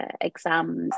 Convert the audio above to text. exams